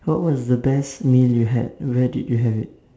what was the best meal you had where did you have it